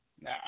Now